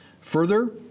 Further